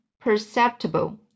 perceptible